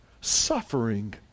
suffering